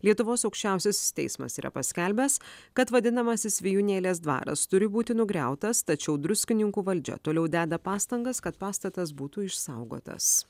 lietuvos aukščiausiasis teismas yra paskelbęs kad vadinamasis vijūnėlės dvaras turi būti nugriautas tačiau druskininkų valdžia toliau deda pastangas kad pastatas būtų išsaugotas